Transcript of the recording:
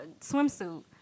swimsuit